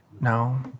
No